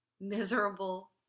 miserable